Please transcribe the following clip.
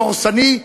דורסני,